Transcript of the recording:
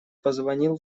позвонил